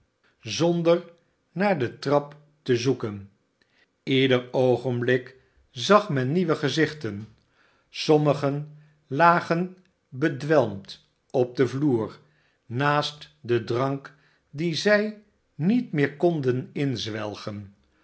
zonder naar de trap te zoeken ieder oogenblik zag men nieuwe gezichten sommigen lagen bedwelmd op den vloer naast den drank dien zij niet meer konden inzwelgen